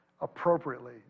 appropriately